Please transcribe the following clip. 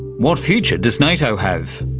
what future does nato have?